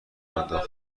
انداخت